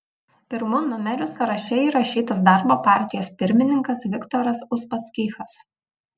pirmu numeriu sąraše įrašytas darbo partijos pirmininkas viktoras uspaskichas